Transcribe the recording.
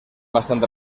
bastante